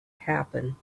happen